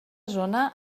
zona